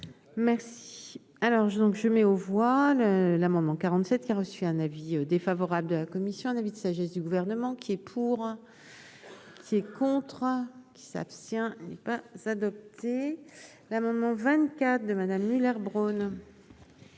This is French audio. Merci. Alors donc je mets aux voix l'amendement 47 qui a reçu un avis défavorable de la commission, un avis de sagesse du gouvernement qui est pour. Ces contrats. Qui s'abstient n'est pas s'adopté l'amendement 24 de Madame Müller Bronn.